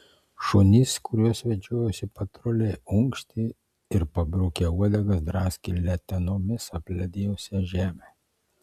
šunys kuriuos vedžiojosi patruliai unkštė ir pabrukę uodegas draskė letenomis apledėjusią žemę